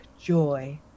joy